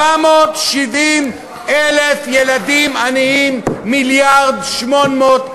770,000 ילדים עניים 1.8 מיליארד.